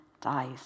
dies